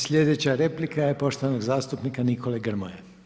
Sljedeća replika je poštovanog zastupnika Nikole Grmoje.